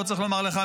לא צריך לומר לך,